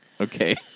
okay